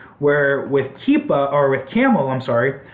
where with keepa, or with camel, i'm sorry,